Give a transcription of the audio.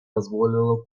позволило